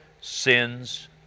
sins